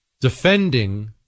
defending